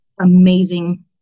amazing